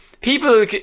People